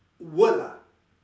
word lah